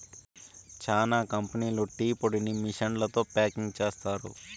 చానా కంపెనీలు టీ పొడిని మిషన్లతో ప్యాకింగ్ చేస్తారు